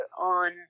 on